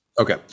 Okay